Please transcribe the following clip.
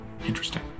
Interesting